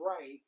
right